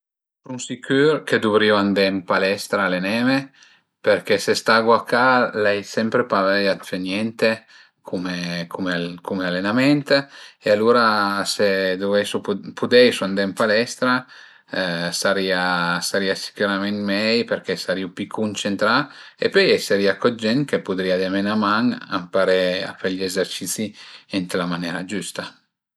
Sun sicür che duvrìu andé ën palestra a aleneme perché se stagu a ca l'ai sempre pa vöia d'fe niente cume cume cume alenament e alura se duveisu pudeisu andé ën palestra sarìa, a sarìa sicürament mei perché sarìu pi cuncentrà e pöi a i sarìa co d'gent ch'a pudrìa deme 'na man a ëmparé e fe gli ezercisi ën la manera giüsta